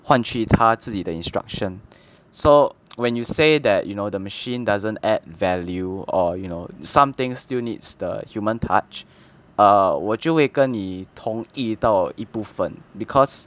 换去他自己的 instruction so when you say that you know the machine doesn't add value or you know something still needs the human touch err 我就会跟你同意到一部分 because